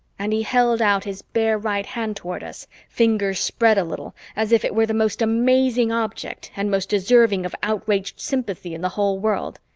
and he held out his bare right hand toward us, fingers spread a little, as if it were the most amazing object and most deserving of outraged sympathy in the whole world.